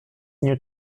nie